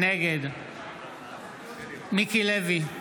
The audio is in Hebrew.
נגד מיקי לוי,